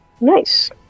Nice